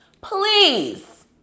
please